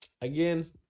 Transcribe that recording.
Again